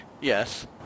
yes